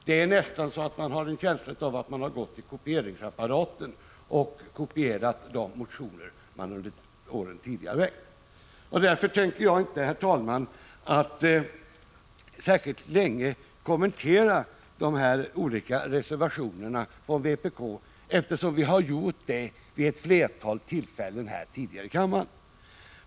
Jag har nästan en känsla av att man har gått till kopieringsapparaten och kopierat samma motioner som man under tidigare år har väckt. Därför tänker jag inte särskilt länge kommentera de olika reservationerna från vpk, för det har vi gjort vid ett flertal tidigare tillfällen här i kammaren.